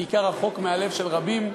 בעיקר רחוק מהלב של רבים.